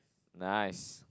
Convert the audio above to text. nice